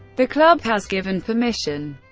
the club has given permission.